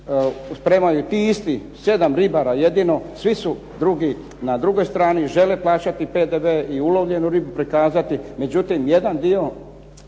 spremaju ti isti sedam ribara jedino, svi su na drugoj strani, žele plaćati PDV i ulovljenu ribu prikazati. Međutim jedan dio,